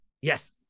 Yes